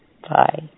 Bye